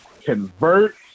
convert